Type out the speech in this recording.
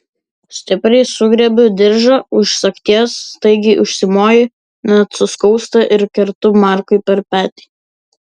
stipriai sugriebiu diržą už sagties staigiai užsimoju net suskausta ir kertu markui per petį